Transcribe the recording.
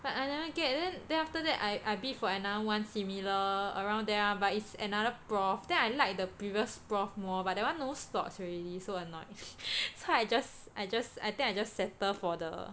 but I never get then then after that I I bid for another one similar around there [one] but it's another prof then I like the previous prof more but that one no slots already so annoyed so I just I just I think I just settle for the